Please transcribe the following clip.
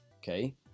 okay